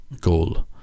goal